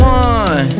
one